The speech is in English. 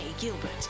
Gilbert